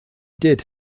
did